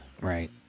right